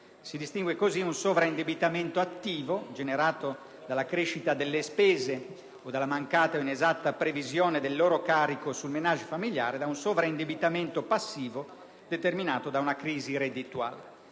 Si distingue così un sovraindebitamento attivo, generato dalla crescita delle spese o dalla mancata o inesatta previsione del loro carico sul *ménage* familiare, da un sovraindebitamento passivo, determinato da una crisi reddituale.